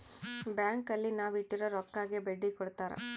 bank ಅಲ್ಲಿ ನಾವ್ ಇಟ್ಟಿರೋ ರೊಕ್ಕಗೆ ಬಡ್ಡಿ ಕೊಡ್ತಾರ